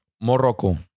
Morocco